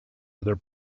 other